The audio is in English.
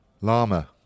Lama